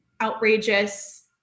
outrageous